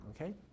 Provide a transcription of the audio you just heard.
Okay